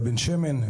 בבן שמן,